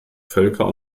völker